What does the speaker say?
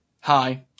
Hi